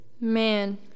Man